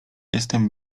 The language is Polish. jestem